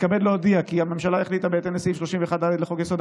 מתכבד להודיע כי הממשלה החליטה בהתאם לסעיף 31(ד) לחוק-יסוד: